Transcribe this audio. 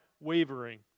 wavering